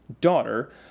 daughter